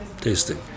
tasting